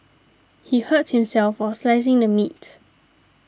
he hurt himself while slicing the meat